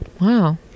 Wow